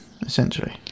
essentially